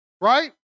Right